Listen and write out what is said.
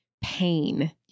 pain